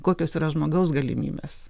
kokios yra žmogaus galimybės